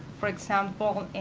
for example,